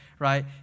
right